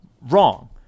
Wrong